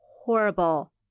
horrible